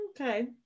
okay